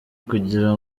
kugira